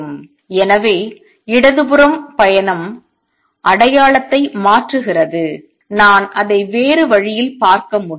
எனவே இடதுபுற பயணம் அடையாளத்தை மாற்றுகிறது நான் அதை வேறு வழியில் பார்க்க முடியும்